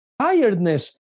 tiredness